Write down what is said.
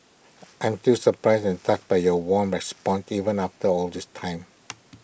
I'm still surprised and touched by your warm responses even after all this time